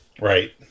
Right